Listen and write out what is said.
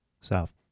South